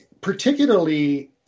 particularly